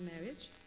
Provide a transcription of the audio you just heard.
marriage